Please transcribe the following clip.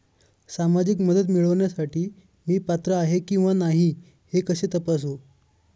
सामाजिक मदत मिळविण्यासाठी मी पात्र आहे किंवा नाही हे कसे तपासू?